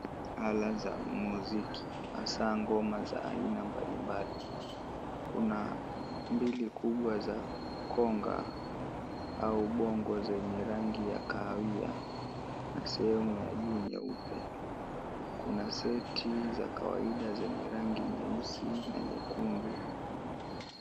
Ala za muziki hasa ngoma za aina mbalimbali, kuna mbili kubwa za konga au bongo zenye rangi ya kahawia na sehemu ya juu nyeupe, kuna seti za kawaida zenye rangi nyeusi na nyekundu.